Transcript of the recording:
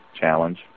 challenge